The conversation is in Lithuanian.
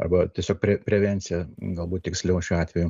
arba tiesiog pre prevenciją galbūt tiksliau šiuo atveju